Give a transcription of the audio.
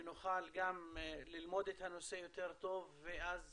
שנוכל גם ללמוד את הנושא יותר טוב ואז